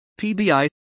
PBI